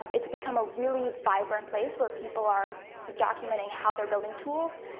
um it's become a really vibrant place where people are documenting how they're building tools,